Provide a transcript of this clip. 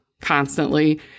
constantly